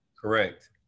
Correct